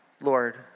Lord